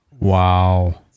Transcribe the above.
Wow